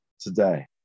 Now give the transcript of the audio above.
today